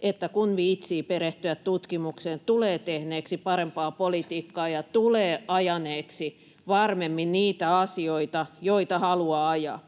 että kun viitsii perehtyä tutkimukseen, tulee tehneeksi parempaa politiikkaa ja tulee ajaneeksi varmemmin niitä asioita, joita haluaa ajaa.